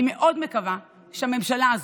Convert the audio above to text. אני מאוד מקווה שהממשלה הזאת,